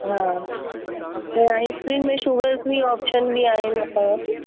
हा ईंअ आइस्क्रीम में शुगर फ़्री ऑप्शन बि आहिनि असां वटि